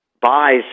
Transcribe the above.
buys